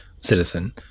citizen